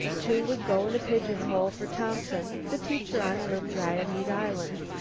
two would go in a pigeon-hole, for thompson, the teacher on little diomede island,